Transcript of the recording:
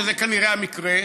שזה כנראה המקרה,